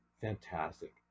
fantastic